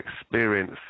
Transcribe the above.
experience